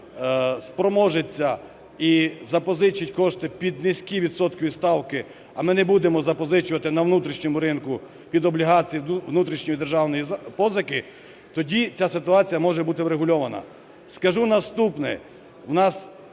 спроможеться і запозичить кошти під низькі відсоткові ставки, а ми не будемо запозичувати на внутрішньому ринку під облігації внутрішньої державної позики, тоді ця ситуація може бути врегульована. Скажу наступне.